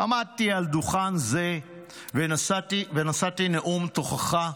עמדתי על דוכן זה ונשאתי נאום תוכחה,